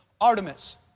Artemis